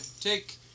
Take